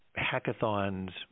hackathons